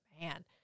man